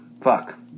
fuck